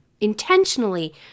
intentionally